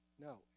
No